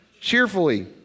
Cheerfully